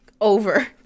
over